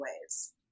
ways